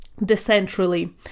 decentrally